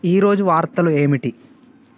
ఈ రోజు వార్తలు ఏమిటి